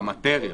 במאטריה.